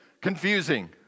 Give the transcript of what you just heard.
confusing